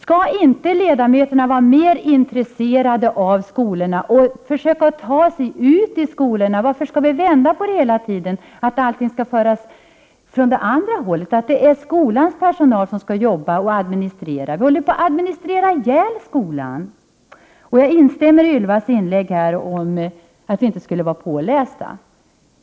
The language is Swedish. Skall inte ledamöterna vara mer intresserade och försöka ta sig ut i skolorna? Varför skall det hela tiden vändas åt det andra hållet, så att det är skolans personal som skall jobba och administrera? Vi håller på att administrera ihjäl skolan. Jag instämmer i Ylva Johanssons inlägg om att vi inte skulle vara pålästa.